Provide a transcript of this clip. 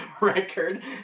record